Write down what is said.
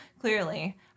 clearly